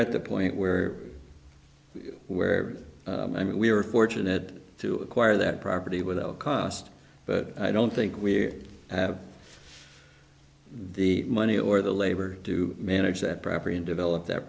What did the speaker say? at the point where where i mean we were fortunate to acquire that property without a cost but i don't think we have the money or the labor to manage that property and develop th